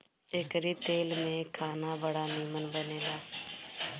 एकरी तेल में खाना बड़ा निमन बनेला